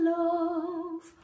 love